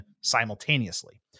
simultaneously